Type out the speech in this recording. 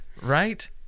right